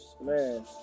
Man